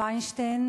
וינשטיין,